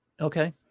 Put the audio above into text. Okay